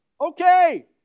Okay